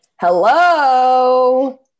hello